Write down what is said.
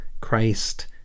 Christ